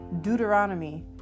Deuteronomy